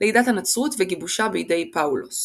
לידת הנצרות וגיבושה בידי פאולוס